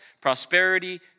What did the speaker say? prosperity